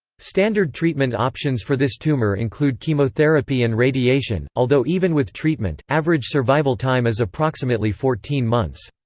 standard treatment options for this tumor include chemotherapy and radiation, although even with treatment, average survival time is approximately fourteen months.